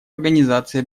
организации